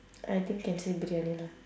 I think can say briyani lah